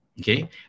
Okay